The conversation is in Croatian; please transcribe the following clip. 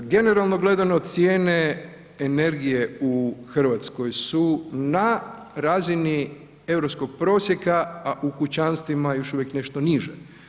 Generalno gledano cijene energije u RH su na razini europskog prosjeka, a u kućanstvima još uvijek nešto niže.